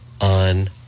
on